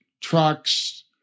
trucks